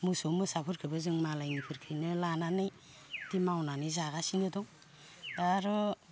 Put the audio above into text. मोसौ मोसाफोरखोबो जों मालायनि फोरखैनो लानानै बिदि मावनानै जागासिनो दं दा आर'